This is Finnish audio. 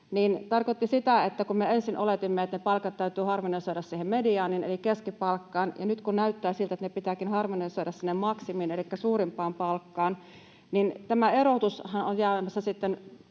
hoidettu, niin kun me ensin oletimme, että ne palkat täytyy harmonisoida siihen mediaaniin eli keskipalkkaan, ja nyt kun näyttää siltä, että ne pitääkin harmonisoida sinne maksimiin elikkä suurimpaan palkkaan, niin tämä erotushan on jäämässä sitten